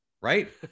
right